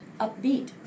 upbeat